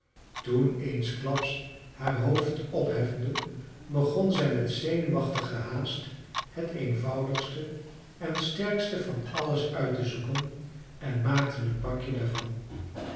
toen eensklaps haar hoofd opheffende begon zij met zenuwachtigen haast het eenvoudigste en sterkste van alles uit te zoeken en maakte een pakje daarvan